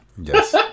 Yes